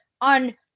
on